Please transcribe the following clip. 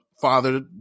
father